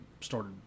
started